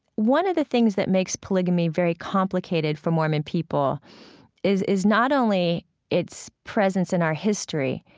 one of the things that makes polygamy very complicated for mormon people is is not only its presence in our history.